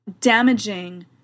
damaging